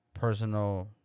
Personal